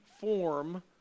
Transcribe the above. form